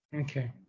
Okay